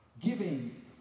Giving